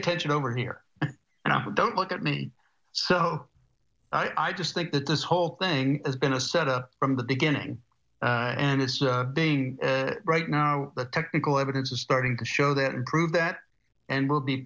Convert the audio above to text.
attention over here and i don't look at me so i just think that this whole thing has been a set up from the beginning and it's being right now that technical evidence is starting to show that and prove that and we'll be